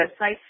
website